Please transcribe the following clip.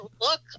look